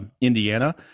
Indiana